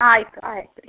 ಆಯಿತು ಆಯಿತು ರಿ